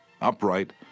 upright